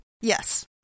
Yes